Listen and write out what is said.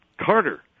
carter